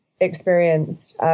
experienced